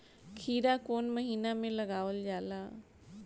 खीरा कौन महीना में लगावल जाला?